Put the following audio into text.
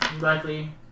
likely